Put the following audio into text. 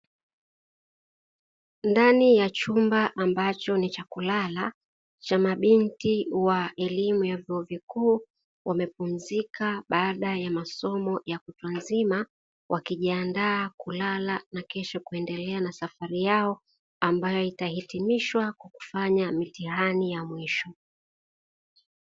Ndani ya chumba ambacho ni cha kulala cha mabinti wa vyuo vikuu wamepumzika baada ya masomo ya kutwa nzima, wakijiandaa kulala na kesho kuendelea na safari yao ambayo itahitimishwa kwa kufanya mitihani ya mwisho.